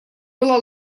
была